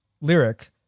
lyric